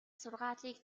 сургаалыг